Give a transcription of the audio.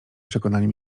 przekonaniem